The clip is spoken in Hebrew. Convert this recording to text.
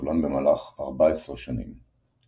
שצולם במהלך ארבע עשרה שנים.